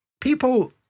People